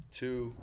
two